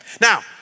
Now